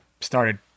started